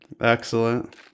excellent